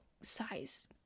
size